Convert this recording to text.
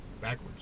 backwards